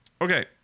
Okay